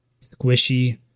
Squishy